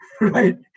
Right